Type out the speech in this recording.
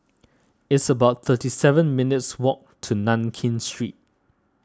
it's about thirty seven minutes' walk to Nankin Street